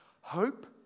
hope